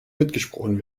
mitgesprochen